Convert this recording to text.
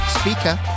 speaker